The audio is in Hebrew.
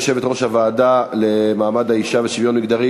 היא הוועדה לקידום מעמד האישה ולשוויון מגדרי.